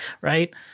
Right